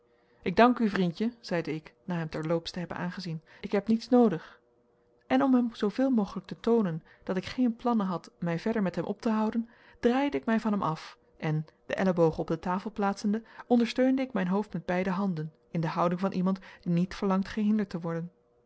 ik dank u vriendje zeide ik na hem ter loops te hebben aangezien ik heb niets noodig en om hem zooveel mogelijk te toonen dat ik geen plan had mij verder met hem op te houden draaide ik mij van hem af en de ellebogen op de tafel plaatsende ondersteunde ik mijn hoofd met beide handen in de houding van iemand die niet verlangt gehinderd te worden